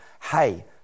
hey